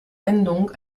endung